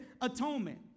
atonement